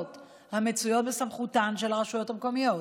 המצויות בסמכותן של הרשויות המקומיות.